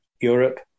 Europe